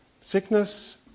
sickness